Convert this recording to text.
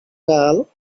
well